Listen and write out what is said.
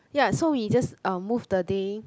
ya so we just uh move the day